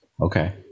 Okay